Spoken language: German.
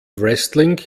wrestling